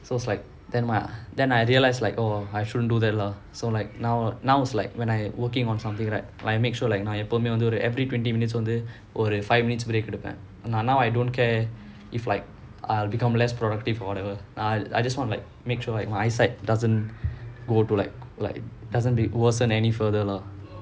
so it's like then my then I realised like oh I shouldn't do that lah so like now now is like when I working on something right like I make sure like நான் எப்போமே வந்து ஒரு:naan eppomae vanthu oru every twenty minutes வந்து ஒரு:vanthu oru got like five minutes break now now I don't care if like I'll become less productive or whatever I I just wanna make sure like my eyesight doesn't go to like like doesn't worsen any further lah